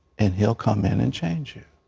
and he'll come in and change you.